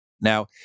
Now